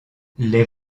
les